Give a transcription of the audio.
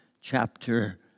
chapter